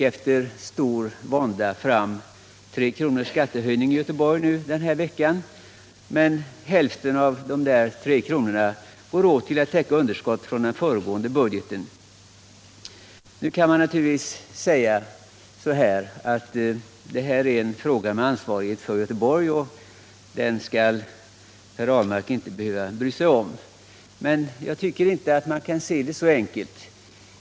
Efter stor vånda fick man i Göteborg i den här veckan igenom ett beslut om tre kronors skattehöjning, men hälften av de tre kronorna går åt till att täcka underskott från föregående budgetår. Det kan naturligtvis sägas att Göteborg har ansvar för den här frågan och att Per Ahlmark inte skall behöva bry sig om den. Men jag tycker inte att man kan se det så enkelt.